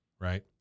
right